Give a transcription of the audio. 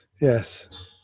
yes